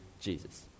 Jesus